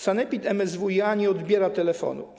Sanepid MSWiA nie odbiera telefonu.